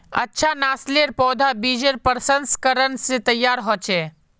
अच्छा नासलेर पौधा बिजेर प्रशंस्करण से तैयार होचे